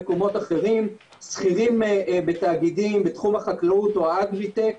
שכירים בתאגידים, בתחום החקלאות, או האגריטק.